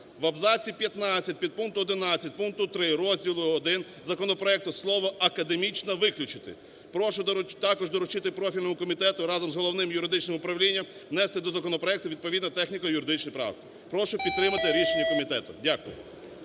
В абзаці 15 підпункту 11 пункту 3 розділу І законопроекту слово "академічно" виключити. Прошу також доручити профільному комітету разом з Головним юридичним управлінням внести до законопроекту відповідно техніко-юридичні правки. Прошу підтримати рішення комітету. Дякую.